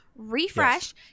refresh